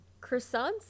Croissants